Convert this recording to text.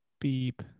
Beep